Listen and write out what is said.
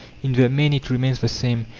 in the main it remains the same.